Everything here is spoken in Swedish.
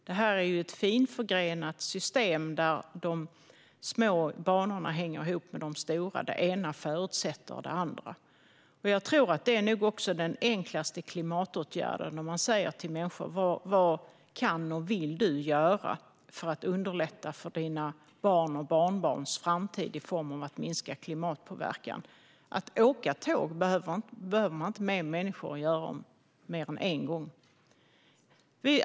Det här är ju ett finförgrenat system, där de små banorna hänger ihop med de stora. Det ena förutsätter det andra. Jag tror nog också att den enklaste klimatåtgärd en människa kan vidta för att underlätta barnens och barnbarnens framtid i form av minskad klimatpåverkan är att åka tåg, även om man bara gör det en gång.